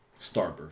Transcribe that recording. Starburst